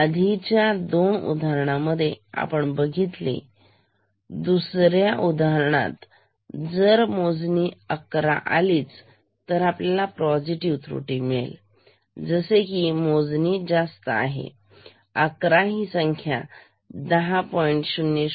आधीच्या दोन उदाहरणामध्ये आपण बघितले दुसऱ्या उदाहरणात जर मोजणी 11 आलीच तर आपल्याला पॉझिटिव्ह त्रुटी मिळेल जसे की मोजणी जास्त आहे 11 ही संख्या 10